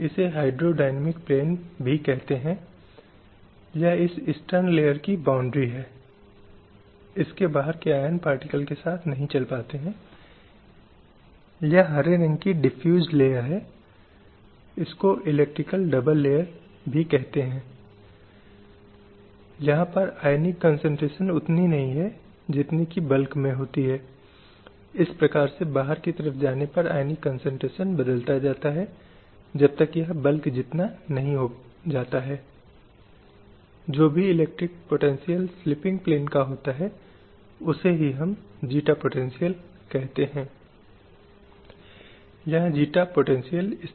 इसलिए इसने कुछ अच्छी तरह से पूरी प्रक्रिया को इसके साथ जोड़ दिया है कि कहीं न कहीं हमारी समरूप समझ और साथ ही साथ अलग अलग राज्य दलों के बीच या राज्य के दलों के बीच एक समझौता है जो समाज में महिलाओं की स्थिति को सुरक्षित करता है जो कि कई सालों से खराब हो गई हैं और कुछ जोर देने या कुछ अतिरिक्त प्रयासों की जरूरत है जिससे उन्हें पुनर्जीवित किया जा सके